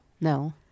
no